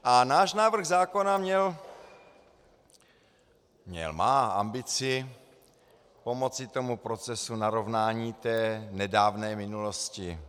A náš návrh zákona má ambici pomoci tomu procesu narovnání nedávné minulosti.